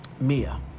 Mia